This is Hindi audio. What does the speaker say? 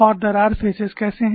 और दरार फेसेस कैसे हैं